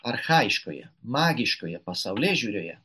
archajiškoje magiškoje pasaulėžiūroje